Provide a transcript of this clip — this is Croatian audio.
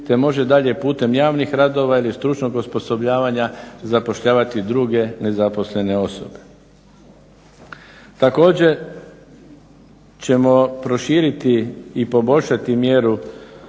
te može dalje putem javnih radova ili stručnog osposobljavanja zapošljavati druge nezaposlene osobe. Također ćemo proširiti i poboljšati mjeru